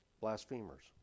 blasphemers